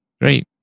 Great